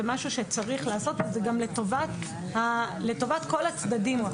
משהו שצריך לעשות וזה גם לטובת כל הצדדים.